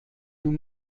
nous